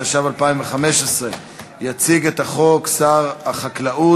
התשע"ו 2015. יציג את החוק שר החקלאות,